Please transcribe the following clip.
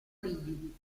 rigidi